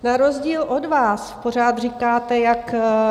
Na rozdíl od vás, pořád říkáte, jak...